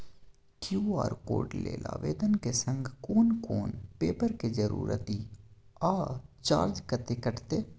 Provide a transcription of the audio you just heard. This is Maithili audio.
क्यू.आर कोड लेल आवेदन के संग कोन कोन पेपर के जरूरत इ आ चार्ज कत्ते कटते?